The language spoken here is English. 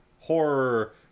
horror